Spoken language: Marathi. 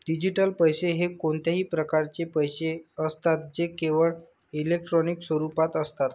डिजिटल पैसे हे कोणत्याही प्रकारचे पैसे असतात जे केवळ इलेक्ट्रॉनिक स्वरूपात असतात